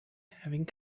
having